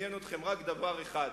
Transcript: עניין אתכם רק דבר אחד: